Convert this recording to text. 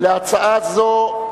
ההצעה שלו לא